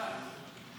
תודה.